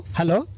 hello